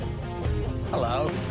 Hello